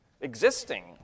existing